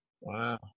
Wow